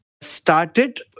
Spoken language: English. started